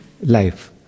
life